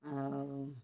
ଆଉ